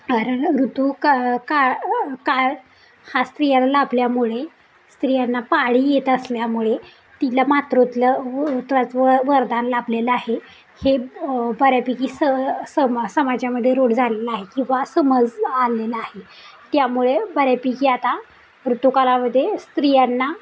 कारण ऋतू का काळ काळ हा स्त्रियांना लाभल्यामुळे स्त्रियांना पाळी येत असल्यामुळे तिला मातृत्वं व त वरदान लाभलेलं आहे हे बऱ्यापैकी स समा समाजामध्ये रूढ झालेलं आहे किंवा समज आलेला आहे त्यामुळे बऱ्यापैकी आता ऋतुकालामध्ये स्त्रियांना